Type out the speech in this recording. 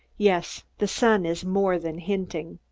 yes. the sun is more than hinting.